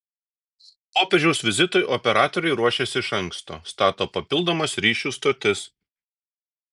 popiežiaus vizitui operatoriai ruošiasi iš anksto stato papildomas ryšių stotis